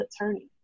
attorney